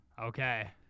Okay